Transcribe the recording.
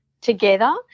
together